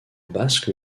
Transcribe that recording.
basque